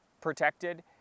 protected